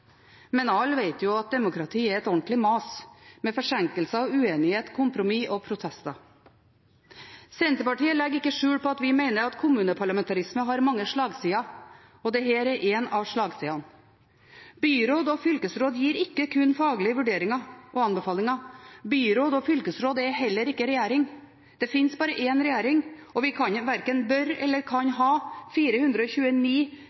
men alle vet jo at demokrati er et ordentlig mas – med forsinkelser, uenigheter, kompromisser og protester. Senterpartiet legger ikke skjul på at vi mener at kommuneparlamentarisme har mange slagsider, og dette er én av slagsidene. Byråd og fylkesråd gir ikke kun faglige vurderinger og anbefalinger. Byråd og fylkesråd er heller ikke en regjering. Det fins bare én regjering, og vi verken bør eller kan ha 429